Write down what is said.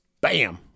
bam